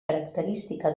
característica